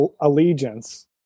allegiance